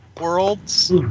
worlds